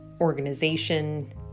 organization